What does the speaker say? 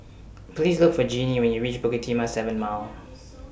Please Look For Genie when YOU REACH Bukit Timah seven Mile